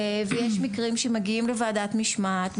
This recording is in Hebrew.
ויש מקרים שמגיעים לוועדת משמעת.